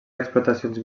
explotacions